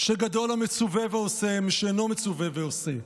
ש"גדול המצוּוה ועושה ממי שאינו המצוּוה ועושה".